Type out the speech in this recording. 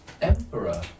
emperor